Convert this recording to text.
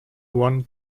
one